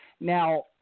Now